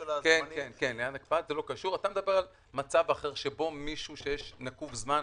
אתה מדבר על מצב אחר, שבו נקוב זמן.